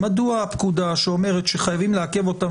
מדוע הפקודה שאומרת שחייבים לעכב אותם